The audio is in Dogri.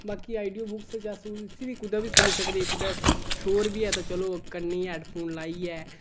बाकी आडियो बुक्स च अस उसी कुतै बी सुनी सकदे कुसै स शोर बी ऐ ते चलो कन्नी गै हैडफोन लाइयै